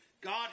God